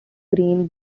greens